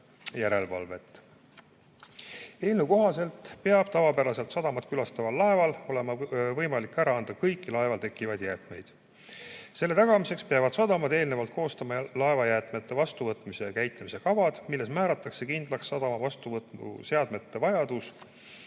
Eelnõu kohaselt peab tavapäraselt sadamat külastaval laeval olema võimalik ära anda kõiki laeval tekkivaid jäätmeid. Selle tagamiseks peavad sadamad eelnevalt koostama laevajäätmete vastuvõtmise ja käitlemise kavad, milles määratakse kindlaks sadama vastuvõtuseadmete vajadus